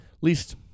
least